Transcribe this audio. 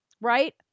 Right